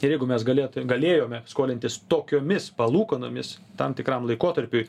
ir jeigu mes galėtu ir galėjome skolintis tokiomis palūkanomis tam tikram laikotarpiui